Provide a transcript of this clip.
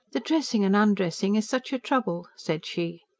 the dressing and undressing is such a trouble, said she.